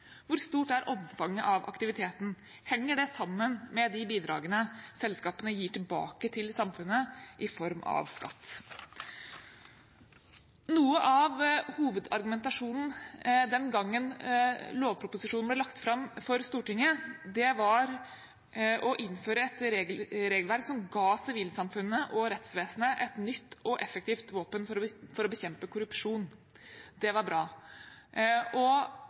Hvor stort er omfanget av aktiviteten? Henger det sammen med de bidragene selskapene gir tilbake til samfunnet i form av skatt? Noe av hovedargumentasjonen den gangen lovproposisjonen ble lagt fram for Stortinget, var å innføre et regelverk som ga sivilsamfunnet og rettsvesenet et nytt og effektivt våpen for å bekjempe korrupsjon. Det var bra.